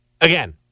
Again